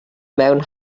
mewn